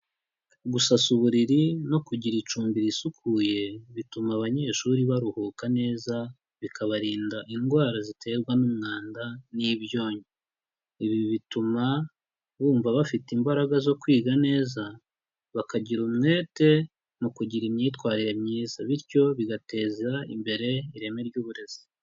Gusasa uburiri no kugira icumbi risukuye, bituma abanyeshuri baruhuka neza bikabarinda indwara ziterwa n'umwanda n'ibyonnyi. Ibi bituma bumva bafite imbaraga zo kwiga neza, bakagira umwete mu kugira imyitwarire myiza, bityo bigateza imbere ireme ry'uburezi.